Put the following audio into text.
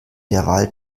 derweil